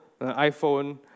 iPhone